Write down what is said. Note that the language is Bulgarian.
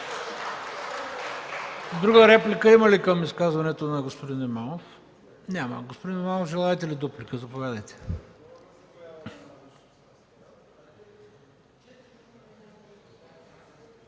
друга реплика към изказването на господин Имамов? Няма. Господин Имамов, желаете ли дуплика? Заповядайте!